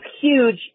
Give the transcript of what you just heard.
huge